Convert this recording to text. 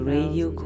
Radio